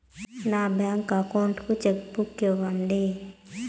నా bank account కు cheque book ఇవ్వండి